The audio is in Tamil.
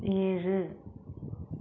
ஏழு